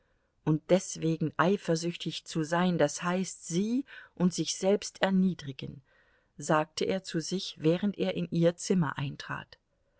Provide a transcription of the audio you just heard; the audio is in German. und deswegen eifersüchtig zu sein das heißt sie und sich selbst erniedrigen sagte er zu sich während er in ihr zimmer eintrat